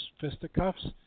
fisticuffs